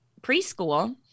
preschool